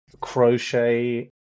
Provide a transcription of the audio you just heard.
crochet